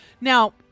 Now